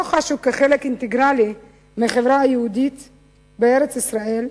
חשו כחלק אינטגרלי מהחברה היהודית בארץ-ישראל,